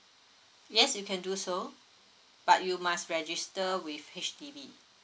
yes you can do so but you must register with H_D_B